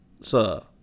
Sir